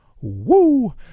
Woo